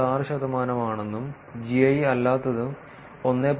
6 ശതമാനമാണെന്നും ജിഐ അല്ലാത്തത് 1